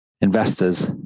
Investors